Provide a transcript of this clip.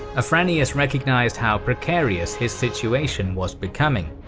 afranius recognised how precarious his situation was becoming.